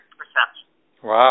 Wow